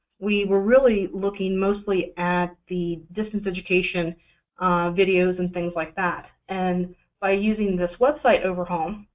we were really looking mostly at the distance education videos and things like that, and by using this website overhaul,